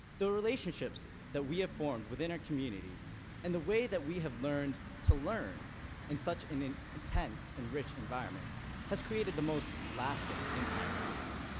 the relationships that we have formed within our community and the way that we have learned to learn in such an an intense and rich environment has created the most lasting impact on us.